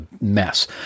mess